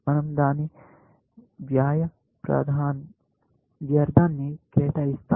మనం దాని వ్యయ వ్యర్థాన్ని కేటాయిస్తాము